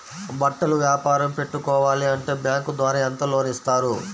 బట్టలు వ్యాపారం పెట్టుకోవాలి అంటే బ్యాంకు ద్వారా ఎంత లోన్ ఇస్తారు?